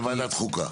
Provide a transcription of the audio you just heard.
בוועדת חוקה.